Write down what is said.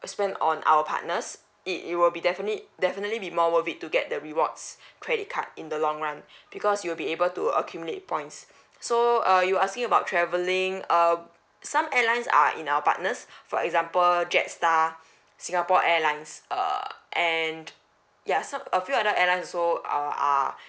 spend on our partners it it will be definitely definitely be more worth it to get the rewards credit card in the long run because you'll be able to accumulate points so uh you asking about travelling uh some airlines are in our partners for example jetstar singapore airlines err and ya so~ a few other airline also err are